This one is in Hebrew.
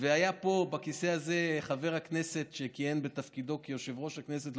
והיה פה בכיסא הזה חבר הכנסת שכיהן בתפקידו כסגן יושב-ראש הכנסת,